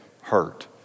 hurt